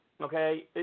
Okay